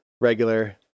regular